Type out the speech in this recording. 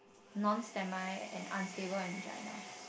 non semi and unstable angina